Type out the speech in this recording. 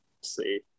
see